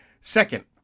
Second